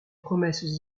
promesses